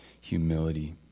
humility